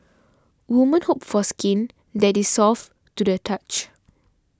women hope for skin that is soft to the touch